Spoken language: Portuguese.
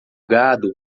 gado